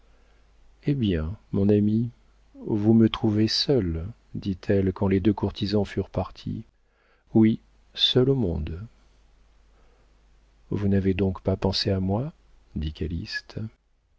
eh bien mon ami vous me trouvez seule dit-elle quand les deux courtisans furent partis oui seule au monde vous n'avez donc pas pensé à moi